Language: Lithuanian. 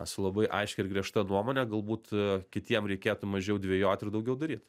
su labai aiškia ir griežta nuomone galbūt kitiem reikėtų mažiau dvejot ir daugiau daryt